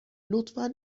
لطفا